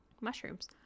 mushrooms